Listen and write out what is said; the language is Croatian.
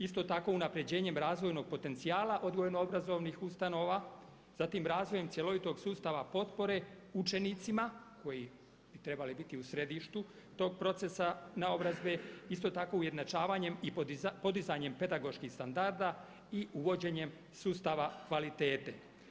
Isto tako unapređenjem razvojnog potencijala odgojno obrazovnih ustanova, zatim razvojem cjelovitog sustava potpore učenicima koji bi trebali biti u središtu tog procesa naobrazbe, isto tako ujednačavanjem i podizanjem pedagoških standarda i uvođenjem sustava kvalitete.